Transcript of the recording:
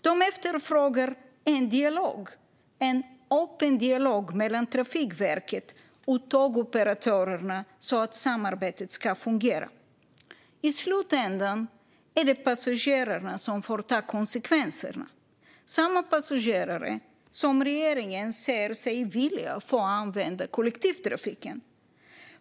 De efterfrågar en dialog, en öppen dialog mellan Trafikverket och tågoperatörerna så att samarbetet ska fungera. I slutändan är det passagerarna som får ta konsekvenserna, samma passagerare som regeringen säger sig vilja att de ska använda sig av kollektivtrafiken.